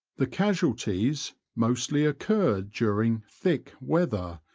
the casualties mostly occurred during thick weather,